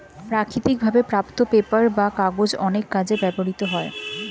প্রাকৃতিক ভাবে প্রাপ্ত পেপার বা কাগজ অনেক কাজে ব্যবহৃত হয়